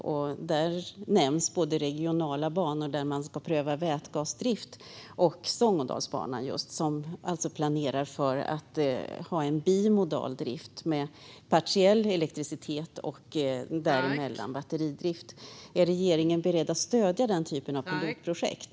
Vi nämner både regionala banor där man ska pröva vätgasdrift och Stångådalsbanan som planerar för en bimodal drift med partiell elektricitet och däremellan batteridrift. Är regeringen beredd att stödja sådana pilotprojekt?